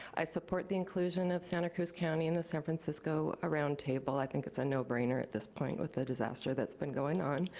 i support the inclusion of santa cruz county in the san francisco ah roundtable. i think it's a no-brainer at this point with the disaster that's been going on.